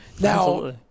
Now